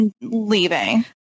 leaving